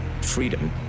freedom